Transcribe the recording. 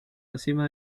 encima